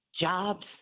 jobs